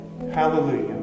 Hallelujah